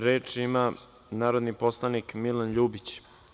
Reč ima narodni poslanik Milan Ljubić.